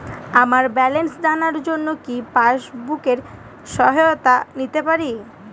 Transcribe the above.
আমার ব্যালেন্স জানার জন্য কি পাসবুকের সহায়তা নিতে পারি?